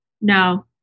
No